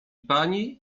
pani